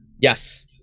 Yes